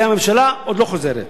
והממשלה עוד לא חוזרת.